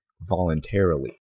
voluntarily